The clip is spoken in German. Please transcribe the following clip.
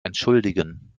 entschuldigen